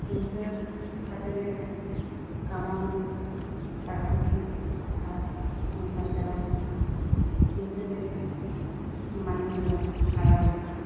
ᱤᱱᱠᱟᱹ ᱠᱟᱛᱮᱫ ᱜᱮ ᱠᱟᱢᱟᱣ ᱦᱩᱭᱩᱜᱼᱟ ᱴᱟᱠᱟ ᱯᱩᱭᱥᱟᱹ ᱟᱨ ᱥᱚᱝᱥᱟᱨ ᱪᱟᱞᱟᱣ ᱦᱩᱭᱩᱜᱼᱟ ᱤᱱᱠᱟᱹ ᱛᱮᱜᱮ ᱢᱟᱹᱱᱢᱤ ᱡᱤᱭᱚᱱ ᱠᱷᱟᱸᱰᱟᱣ ᱦᱩᱭᱩᱜᱼᱟ